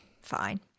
fine